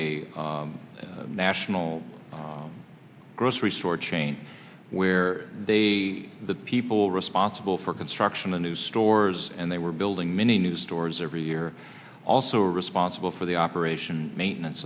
a national grocery store chain where they the people responsible for construction a new stores and they were building many new stores every year also responsible for the operation maintenance